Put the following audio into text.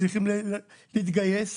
צריכים להתגייס,